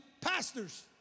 pastors